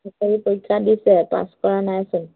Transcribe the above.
চাকৰি পৰীক্ষা দিছে পাছ কৰা নাইচোন